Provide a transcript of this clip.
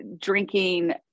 drinking